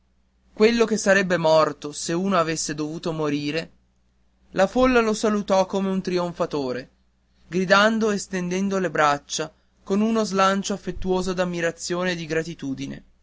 quello che sarebbe morto se uno avesse dovuto morire la folla lo salutò come un trionfatore gridando e stendendo le braccia con uno slancio affettuoso d'ammirazione e di gratitudine